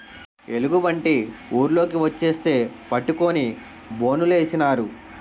ఎలుగుబంటి ఊర్లోకి వచ్చేస్తే పట్టుకొని బోనులేసినారు